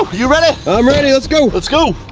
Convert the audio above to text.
ah you ready? i'm ready, let's go! let's go.